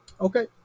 Okay